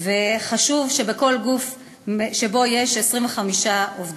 וחשוב, בכל גוף שבו יש 25 עובדים.